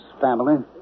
family